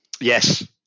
Yes